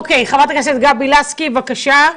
חברת הכנסת גבי לסקי, בבקשה.